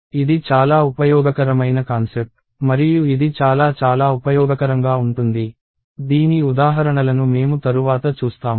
ఇది చాలా ఉపయోగకరమైన కాన్సెప్ట్ మరియు ఇది చాలా చాలా ఉపయోగకరంగా ఉంటుంది దీని ఉదాహరణలను మేము తరువాత చూస్తాము